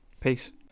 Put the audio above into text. Peace